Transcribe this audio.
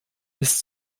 ist